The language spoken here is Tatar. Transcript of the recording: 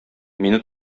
мине